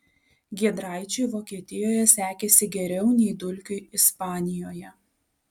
giedraičiui vokietijoje sekėsi geriau nei dulkiui ispanijoje